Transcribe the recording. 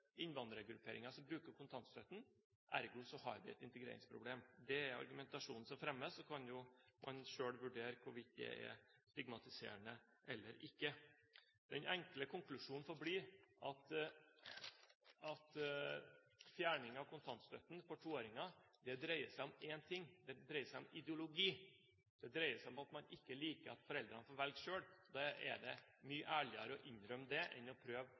innvandrergrupperinger som bruker kontantstøtten, så har vi et integreringsproblem. Det er argumentasjonen som fremmes. Så kan man jo selv vurdere hvorvidt det er stigmatiserende eller ikke. Den enkle konklusjonen får bli at fjerning av kontantstøtten for toåringer dreier seg om én ting, om ideologi. Det dreier seg om at man ikke liker at foreldrene får velge selv, og da er det mye ærligere å innrømme det enn å prøve